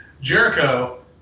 Jericho